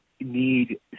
need